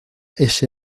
ese